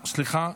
סליחה,